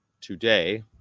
today